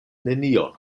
nenion